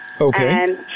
Okay